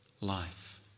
life